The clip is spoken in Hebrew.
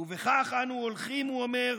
ובכך אנו הולכים" הוא אומר,